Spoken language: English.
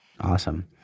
Awesome